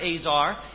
Azar